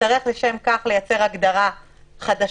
נצטרך לשם כך לייצר הגדרה חדשה.